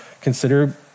consider